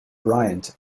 bryant